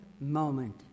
moment